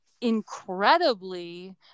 incredibly